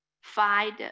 find